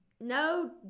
No